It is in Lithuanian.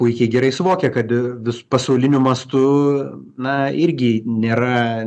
puikiai gerai suvokia kad vis pasauliniu mastu na irgi nėra